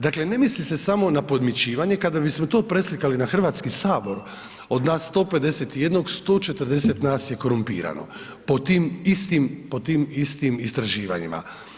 Dakle, ne mili se samo na podmićivanje, kada bismo to preslikali na Hrvatski sabor od nas 151, 140 nas je korumpirano, pod tim istim istraživanjima.